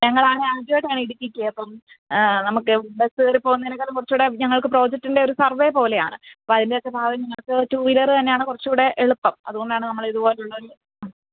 ഞങ്ങളാണേ ആദ്യമായിട്ടാണേ ഇടുക്കിക്ക് അപ്പോള് നമുക്ക് ബസ്സ് കയറിപ്പോവുന്നതിനെക്കാളിലും കുറച്ചുകൂടെ ഞങ്ങള്ക്ക് പ്രോജക്റ്റിന്റെ ഒരു സര്വ്വേ പോലെയാണ് അപ്പോള് അതിന്റെയൊക്കെ ഞങ്ങള്ക്ക് ടൂ വീലര് തന്നെയാണ് കുറച്ചുകൂടെ എളുപ്പം അതുകൊണ്ടാണ് നമ്മളിതുപോലുള്ളൊരു ആ